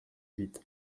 huit